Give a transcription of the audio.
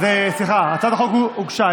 סליחה, הצעת החוק הוצגה.